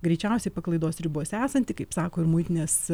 greičiausiai paklaidos ribose esantį kaip sako ir muitinės